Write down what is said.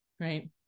right